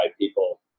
people